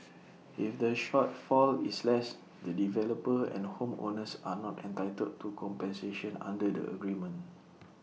if the shortfall is less the developer and home owners are not entitled to compensation under the agreement